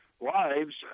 lives